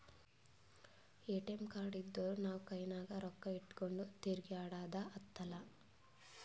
ATM card ಇದ್ದೂರ್ ನಾವು ಕೈನಾಗ್ ರೊಕ್ಕಾ ಇಟ್ಗೊಂಡ್ ತಿರ್ಗ್ಯಾಡದ್ ಹತ್ತಲಾ